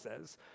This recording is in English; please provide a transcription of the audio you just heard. says